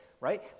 right